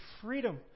freedom